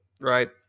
right